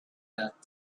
that